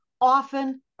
often